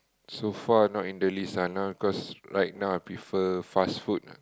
so far not in the list ah now cause right now I prefer fast food ah